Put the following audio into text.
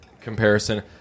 comparison